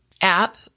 app